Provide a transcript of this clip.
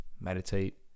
Meditate